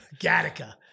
Gattaca